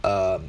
um